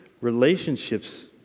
relationships